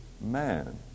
man